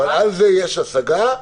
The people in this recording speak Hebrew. על זה יש השגה,